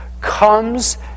comes